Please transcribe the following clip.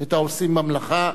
את העושים במלאכה.